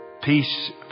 Peace